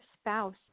spouse